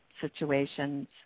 situations